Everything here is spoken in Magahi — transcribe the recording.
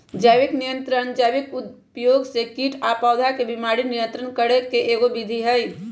जैविक नियंत्रण जैविक उपयोग से कीट आ पौधा के बीमारी नियंत्रित करे के एगो विधि हई